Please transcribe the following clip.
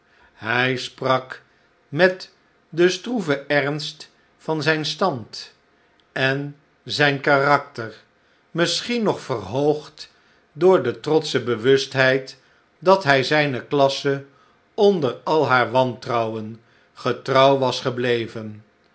hij sprak met den stroeven ernst van zijn stand en zijn karakter misschien nog verhoogd door de trotsche bewustheid dat hij zijne klasse onder al haar wantrouwen getrouw was gebleven